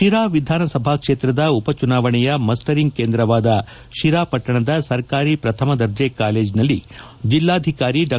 ಶಿರಾ ವಿಧಾನಸಭಾ ಕ್ಷೇತ್ರದ ಉಪ ಚುನಾವಣೆಯ ಮಸ್ಸರಿಂಗ್ ಕೇಂದ್ರವಾದ ಶಿರಾ ಪಟ್ಷಣದ ಸರ್ಕಾರಿ ಪ್ರಥಮ ದರ್ಜೆ ಕಾಲೇಜಿನಲ್ಲಿ ಜಿಲ್ಲಾಧಿಕಾರಿ ಡಾ